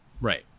Right